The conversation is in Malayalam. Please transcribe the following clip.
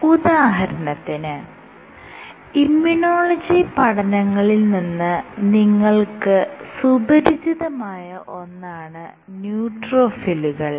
ഉദാഹരണത്തിന് ഇമ്മ്യൂണോളജി പഠനങ്ങളിൽ നിന്ന് നിങ്ങൾക്ക് സുപരിചിതമായ ഒന്നാണ് ന്യൂട്രോഫിലുകൾ